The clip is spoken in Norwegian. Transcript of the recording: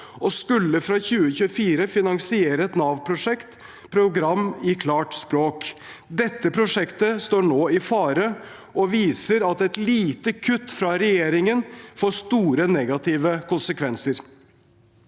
og skulle fra 2024 finansiere et Nav-spesifikt program i klart språk. Dette prosjektet står nå i fare, og det viser at et lite kutt fra regjeringen kan få store negative konsekvenser.